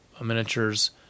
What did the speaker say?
miniatures